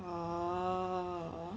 !wow!